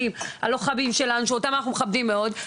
הלוחמים שלנו שאותם אנחנו מכבדים מאוד,